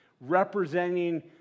representing